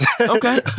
Okay